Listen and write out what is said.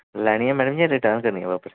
लैनी ऐ मैडम जी जां रिटर्न करनी ऐ बापिस